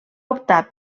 optar